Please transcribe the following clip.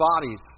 bodies